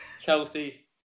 Chelsea